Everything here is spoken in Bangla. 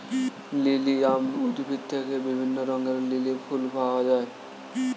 লিলিয়াম উদ্ভিদ থেকে বিভিন্ন রঙের লিলি ফুল পাওয়া যায়